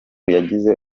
yagize